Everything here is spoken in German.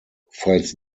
falls